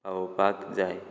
पावोवपाक जाय